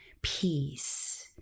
peace